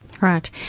right